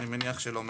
אני מניח שלא מעטות.